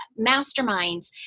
masterminds